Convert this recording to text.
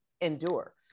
endure